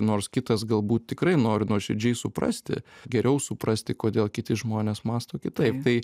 nors kitas galbūt tikrai nori nuoširdžiai suprasti geriau suprasti kodėl kiti žmonės mąsto kitaip tai